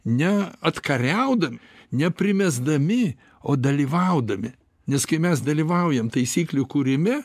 ne atkariaudami ne primesdami o dalyvaudami nes kai mes dalyvaujam taisyklių kūrime